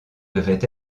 devait